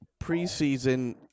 preseason